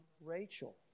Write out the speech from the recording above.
Rachel